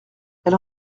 elle